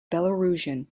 belarusian